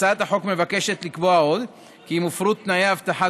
הצעת החוק מבקשת לקבוע עוד כי אם הופרו תנאי האבטחה